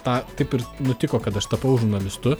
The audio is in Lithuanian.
tą taip ir nutiko kad aš tapau žurnalistu